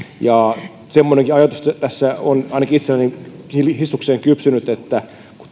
semmoinenkin ajatus tässä on ainakin itselleni hissukseen kypsynyt että kun